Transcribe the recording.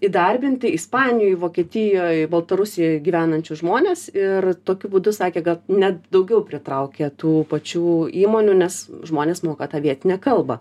įdarbinti ispanijoj vokietijoj baltarusijoj gyvenančius žmones ir tokiu būdu sakė kad net daugiau pritraukė tų pačių įmonių nes žmonės moka tą vietinę kalbą